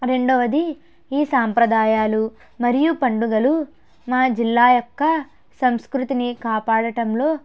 రెండవది ఈ సాంప్రదాయాలు మరియు పండుగలు మా జిల్లా యొక్క సంస్కృతిని కాపాడటంలో